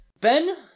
Ben